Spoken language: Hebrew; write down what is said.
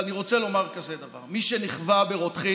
אבל אני רוצה לומר כזה דבר: מי שנכווה ברותחין,